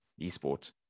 esport